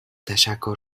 تشکر